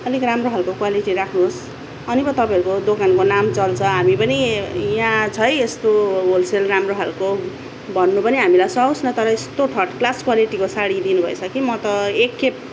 अलिक राम्रो खालको क्वालिटी राख्नुहोस् अनि पो तपाईँहरूको दोकानको नाम चल्छ हामी पनि यहाँ छ है यस्तो होलसेल राम्रो खालको भन्नु पनि हामीलाई सुहावोस् न तर यस्तो थर्ड क्लास क्वालिटीको साडी दिनु भएछ कि म त एक खेप